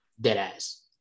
Deadass